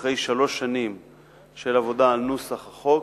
אחרי שלוש שנים של עבודה על נוסח החוק,